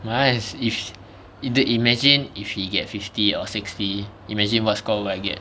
my [one] is if you imagine if he get fifty or sixty imagine what score will I get